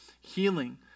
Healing